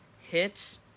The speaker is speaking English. hits